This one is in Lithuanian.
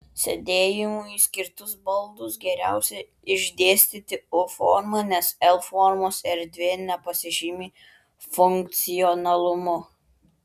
sėdėjimui skirtus baldus geriausia išdėstyti u forma nes l formos erdvė nepasižymi funkcionalumu